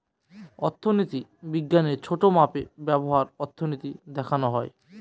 অর্থনীতি বিজ্ঞানের ছোটো মাপে ব্যবহার অর্থনীতি দেখানো হয়